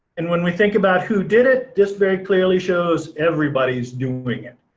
and when we think about who did it, this very clearly shows everybody's doing it,